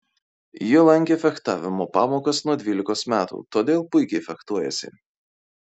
ji lankė fechtavimo pamokas nuo dvylikos metų todėl puikiai fechtuojasi